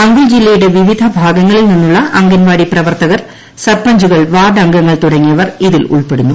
അംഗുൽ ജില്ലയുടെ വിവിധ ഭാഗങ്ങളിൽ നിന്നുള്ള അംഗൻവാടി പ്രവർത്തകർ സർപഞ്ചുകൾ വാർഡ് അംഗങ്ങൾ തുടങ്ങിയവർ ഇതിൽ ഉൾപ്പെടുന്നു